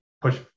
push